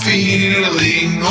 feeling